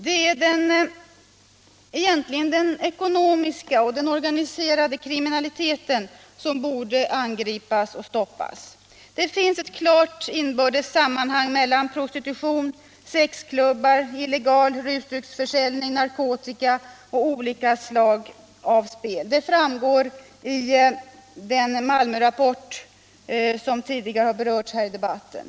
Det är egentligen den ekonomiska organiserade kriminaliteten som borde angripas och stoppas. Det finns ett klart inbördes samband mellan prostitution, sexklubbar, illegal rusdrycksförsäljning, narkotika och olika slag av spel —- det framgår av den Malmörapport som tidigare berörts i debatten.